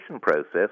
process